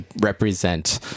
represent